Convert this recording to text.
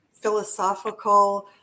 philosophical